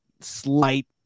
slight